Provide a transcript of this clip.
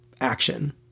action